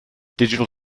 digital